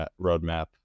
roadmap